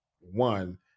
one